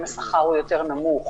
הוא מרוויח